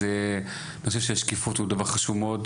אז אני חושב ששקיפות היא דבר חשוב מאוד.